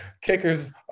kickers